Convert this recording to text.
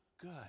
good